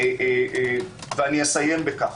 אסיים בכך.